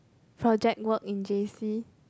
project work in J_C